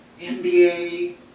NBA